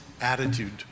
attitude